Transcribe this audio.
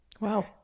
Wow